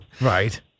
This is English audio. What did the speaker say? Right